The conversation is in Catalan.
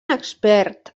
expert